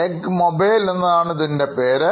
Eggomobile എന്നതാണ് ഇതിൻറെ പേര്